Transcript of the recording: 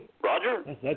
Roger